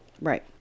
Right